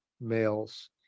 males